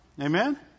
Amen